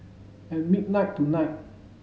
at midnight tonight